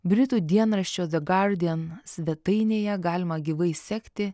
britų dienraščio the guardian svetainėje galima gyvai sekti